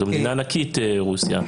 זו מדינה ענקית, רוסיה.